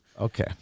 Okay